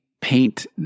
paint